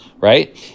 right